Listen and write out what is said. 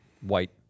white